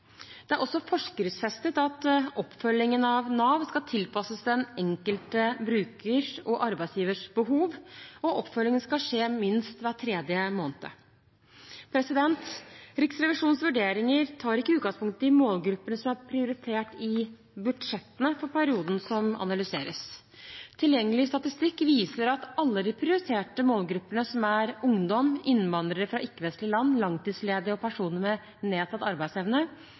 Det er også forskriftsfestet at oppfølgingen fra Nav skal tilpasses den enkelte brukers og arbeidsgivers behov, og oppfølgingen skal skje minst hver tredje måned. Riksrevisjonens vurderinger tar ikke utgangspunkt i målgruppene som er prioritert i budsjettene for perioden som analyseres. Tilgjengelig statistikk viser at alle de prioriterte målgruppene, som er ungdom, innvandrere fra ikke-vestlige land, langtidsledige og personer med nedsatt arbeidsevne,